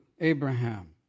Abraham